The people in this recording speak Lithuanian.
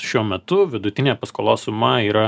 šiuo metu vidutinė paskolos suma yra